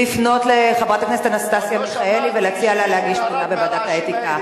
לפנות לחברת הכנסת אנסטסיה מיכאלי ולהציע לה להגיש תלונה בוועדת האתיקה.